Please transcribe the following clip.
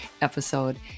episode